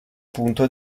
punto